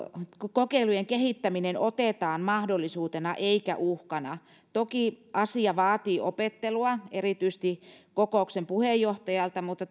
kokeilujen kehittäminen otetaan mahdollisuutena eikä uhkana toki asia vaatii opettelua erityisesti kokouksen puheenjohtajalta mutta